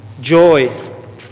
joy